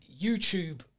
YouTube